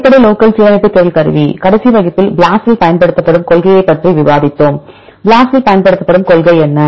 அடிப்படை லோக்கல் சீரமைப்பு தேடல் கருவி கடைசி வகுப்பில் BLAST இல் பயன்படுத்தப்படும் கொள்கையைப் பற்றி விவாதித்தோம் BLAST இல் பயன்படுத்தப்படும் கொள்கை என்ன